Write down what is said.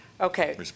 Okay